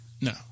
No